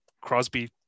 Crosby